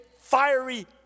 fiery